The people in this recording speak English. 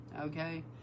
Okay